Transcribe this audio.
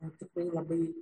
tikrai labai